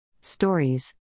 Stories